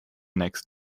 next